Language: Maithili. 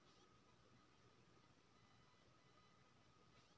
ललका माटी में केना फसल लगाबै चाही?